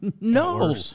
no